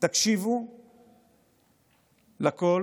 תקשיבו לקול